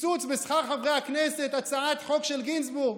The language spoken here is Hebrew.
קיצוץ בשכר חברי הכנסת, הצעת חוק של גינזבורג.